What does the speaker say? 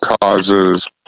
causes